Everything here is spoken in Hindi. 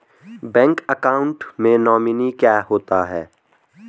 बैंक अकाउंट में नोमिनी क्या होता है?